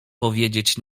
powiedzieć